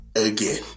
Again